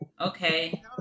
okay